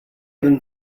even